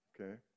okay